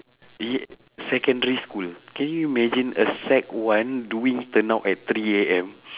ye~ secondary school can you imagine a sec one doing turnout at three A_M